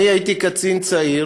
אני הייתי קצין צעיר